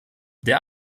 der